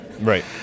Right